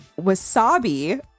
Wasabi